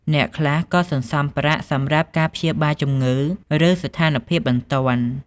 អ្នកខ្លះក៏សន្សំប្រាក់សម្រាប់ការព្យាបាលជំងឺ ឬស្ថានភាពបន្ទាន់។